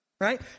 right